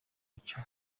icyo